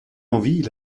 envie